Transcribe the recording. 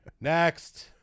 Next